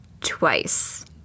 twice